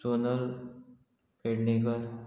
Sonal Pednekar